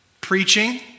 Preaching